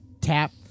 tap